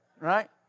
Right